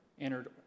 entered